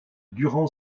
durant